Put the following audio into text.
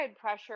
pressure